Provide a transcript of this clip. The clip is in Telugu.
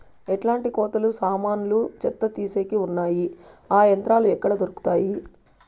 ఎట్లాంటి కోతలు సామాన్లు చెత్త తీసేకి వున్నాయి? ఆ యంత్రాలు ఎక్కడ దొరుకుతాయి?